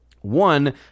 one